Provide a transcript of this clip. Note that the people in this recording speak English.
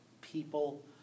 people